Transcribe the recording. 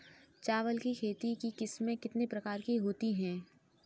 चावल की खेती की किस्में कितने प्रकार की होती हैं?